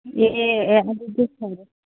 ꯑꯦ ꯑꯦ ꯑꯦ ꯑꯗꯨꯗꯤ ꯐꯔꯦ